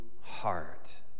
heart